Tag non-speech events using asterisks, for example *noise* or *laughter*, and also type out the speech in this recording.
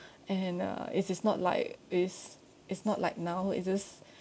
*breath* and uh it's it's not like it's it's not like now it's just